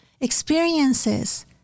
experiences